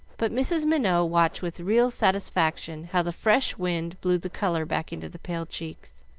but mrs. minot watched with real satisfaction how the fresh wind blew the color back into the pale cheeks,